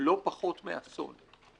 הוא לא פחות מאסון.